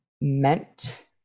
meant